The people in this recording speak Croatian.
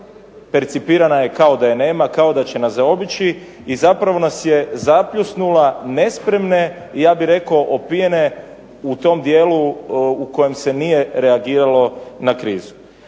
percipirana je kao da je nema, kao da će nas zaobići i zapravo nas je zapljusnula nespremne i ja bih rekao opijene u tom dijelu u kojem se nije reagiralo na krizu.